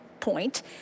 point